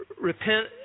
repent